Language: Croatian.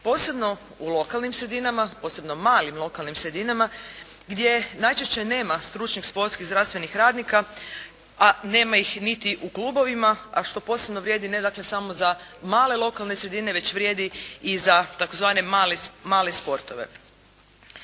posebno u lokalnim sredinama, posebno malim lokalnih sredinama gdje najčešće nema stručnih sportskih zdravstvenih radnika a nema ih niti u klubovima a što posebno vrijedi ne dakle samo za male lokalne sredine već vrijedi i za tzv. male sportove.